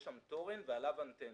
יש שם תורן ועליו אנטנות.